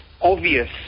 obvious